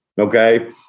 okay